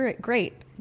great